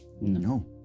No